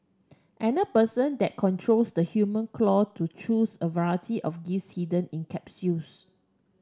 another person then controls the human claw to choose a variety of gifts hidden in capsules